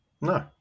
No